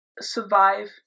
survive